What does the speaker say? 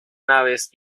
naves